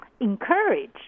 encourage